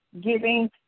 giving